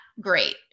great